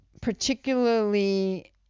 particularly